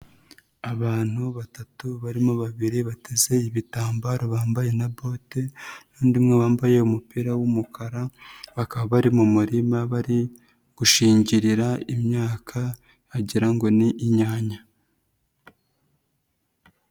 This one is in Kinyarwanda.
Abantu batatu barimo babiri bateze ibitambaro bambaye na bote, n'undi umwe wambaye umupira w'umukara, bakaba bari mu murima bari gushingirira imyaka wagira ngo ni inyanya.